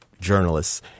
journalists